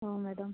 ହଁ ମ୍ୟାଡ଼ାମ୍